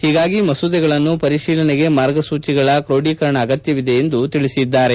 ಹೀಗಾಗಿ ಮಸೂದೆಗಳನ್ನು ಪರಿಶೀಲನೆಗೆ ಮಾರ್ಗಸೂಚಿಗಳ ಕ್ರೋಢೀಕರಣ ಅಗತ್ಯವಿದೆ ಎಂದು ಅವರು ಹೇಳಿದ್ದಾರೆ